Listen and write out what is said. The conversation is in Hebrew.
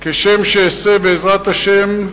כשם שאעשה, בעזרת השם,